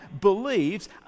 believes